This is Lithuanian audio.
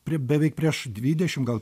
prie beveik prieš dvidešim gal